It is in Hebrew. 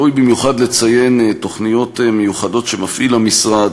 ראוי במיוחד לציין תוכניות מיוחדות שהמשרד